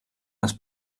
les